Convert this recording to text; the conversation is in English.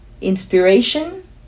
inspiration